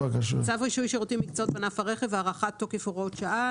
צו רישוי שירותים ומקצועות בענף הרכב (הארכת תוקף הוראות שעה),